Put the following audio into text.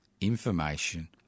information